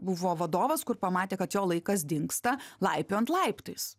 buvo vadovas kur pamatė kad jo laikas dingsta laipiojant laiptais